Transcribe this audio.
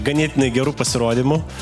ganėtinai geru pasirodymu